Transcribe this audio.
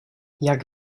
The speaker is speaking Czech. jak